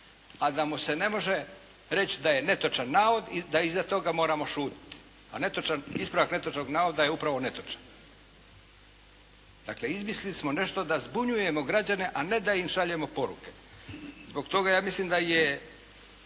a da mu se ne može reći da je netočan navod i da iza toga moramo šutiti. A ispravak netočnog navoda je upravo netočan. Dakle, izmislili smo nešto da zbunjujemo građane, a ne da im šaljemo poruke. Zbog toga ja mislim da je